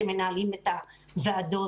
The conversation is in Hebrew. שמנהלים את הוועדות,